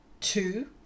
two